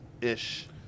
ish